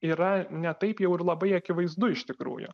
yra ne taip jau ir labai akivaizdu iš tikrųjų